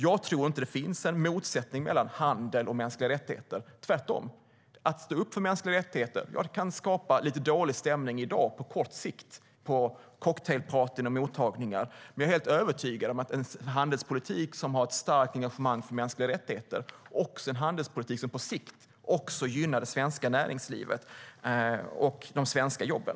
Jag tror inte att det finns en motsättning mellan handel och mänskliga rättigheter. Tvärtom! Att stå upp för mänskliga rättigheter kan skapa lite dålig stämning i dag på kort sikt på cocktailpartyn och mottagningar, men jag är helt övertygad om att en handelspolitik som visar ett starkt engagemang för mänskliga rättigheter är en handelspolitik som på sikt också gynnar det svenska näringslivet och de svenska jobben.